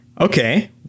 Okay